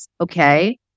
Okay